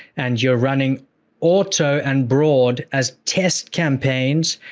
and you're running auto and broad as test campaigns,